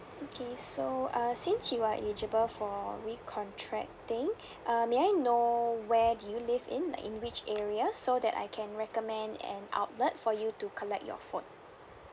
okay so err since you are eligible for re contracting uh may I know where do you live in like in which area so that I can recommend an outlet for you to collect your phone